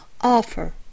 offer